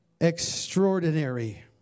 Extraordinary